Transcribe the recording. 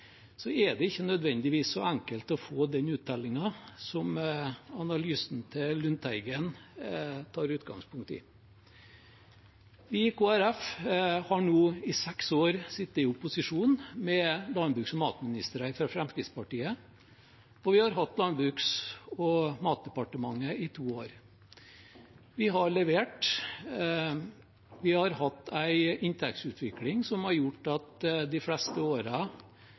er det ikke nødvendigvis så enkelt å få den uttellingen som analysen til Lundteigen tar utgangspunkt i. Vi i Kristelig Folkeparti har nå i seks år sittet i opposisjon, med landbruks- og matministre fra Fremskrittspartiet, og vi har hatt Landbruks- og matdepartementet i to år. Vi har levert. Vi har hatt en inntektsutvikling som har gjort at det de fleste